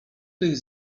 tych